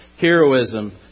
heroism